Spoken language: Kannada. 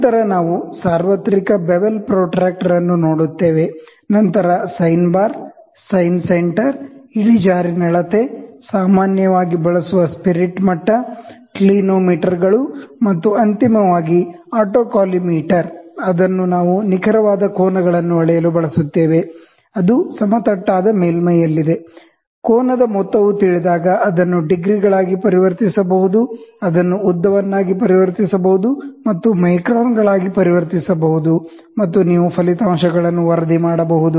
ನಂತರ ನಾವು ಸಾರ್ವತ್ರಿಕ ಬೆವೆಲ್ ಪ್ರೊಟ್ರಾಕ್ಟರ್ ಅನ್ನು ನೋಡುತ್ತೇವೆ ನಂತರ ಸೈನ್ ಬಾರ್ ಸೈನ್ ಸೆಂಟರ್ ಇಳಿಜಾರಿನ ಅಳತೆ ಸಾಮಾನ್ಯವಾಗಿ ಬಳಸುವ ಸ್ಪಿರಿಟ್ ಮಟ್ಟ ಕ್ಲಿನೋಮೀಟರ್ಗಳು ಮತ್ತು ಅಂತಿಮವಾಗಿ ಆಟೋಕಾಲಿಮೇಟರ್ ಅದನ್ನು ನಾವು ನಿಖರವಾದ ಆಂಗಲ್ ಅಳೆಯಲು ಬಳಸುತ್ತೇವೆ ಅದು ಸಮತಟ್ಟಾದ ಮೇಲ್ಮೈಯಲ್ಲಿದೆ ಆಂಗಲ್ ಮೊತ್ತವು ತಿಳಿದಾಗ ಅದನ್ನು ಡಿಗ್ರಿ ಗಳಾಗಿ ಪರಿವರ್ತಿಸಬಹುದು ಅದನ್ನು ಉದ್ದ ವನ್ನಾಗಿ ಪರಿವರ್ತಿಸಬಹುದು ಮತ್ತು ಮೈಕ್ರಾನ್ಗಳಾಗಿ ಪರಿವರ್ತಿಸಬಹುದು ಮತ್ತು ನೀವು ಫಲಿತಾಂಶಗಳನ್ನು ವರದಿ ಮಾಡಬಹುದು